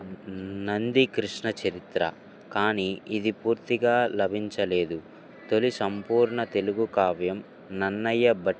నందికృష్ణ చరిత్ర కానీ ఇది పూర్తిగా లభించలేదు తొలి సంపూర్ణ తెలుగు కావ్యం నన్నయ్య భట్